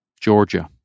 Georgia